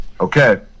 okay